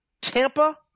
Tampa